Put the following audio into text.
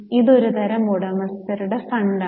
ഇതൊരു തരം ഉടമസ്ഥരുടെ ഫണ്ടാണ്